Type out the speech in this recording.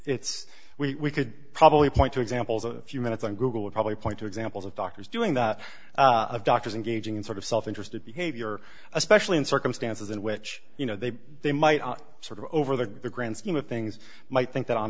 it's we could probably point to examples a few minutes on google would probably point to examples of doctors doing that of doctors and gauging and sort of self interested behavior especially in circumstances in which you know they they might sort of over the grand scheme of things might think that on